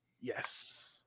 Yes